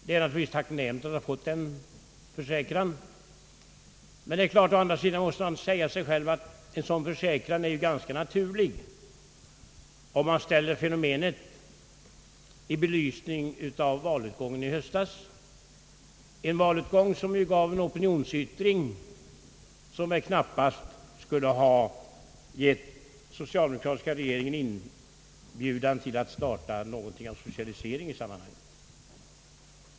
Det är naturligtvis tacknämligt att vi har fått en sådan försäkran, men å andra sidan måste man ju säga sig att en försäkran av det slaget är ganska naturlig, om man ställer fenomenet i belysning av valutgången i höstas, en valutgång som ju knappast kunde uppfattas som en inbjudan till den socialdemokratiska regeringen att starta någon socialisering.